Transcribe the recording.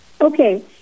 Okay